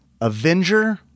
Avenger